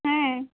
হ্যাঁ